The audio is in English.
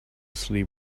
sleep